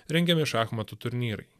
rengiami šachmatų turnyrai